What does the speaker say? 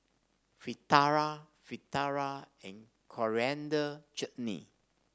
Fritada Fritada and Coriander Chutney